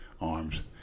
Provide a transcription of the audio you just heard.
arms